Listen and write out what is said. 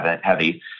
heavy